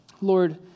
Lord